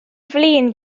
flin